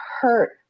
hurt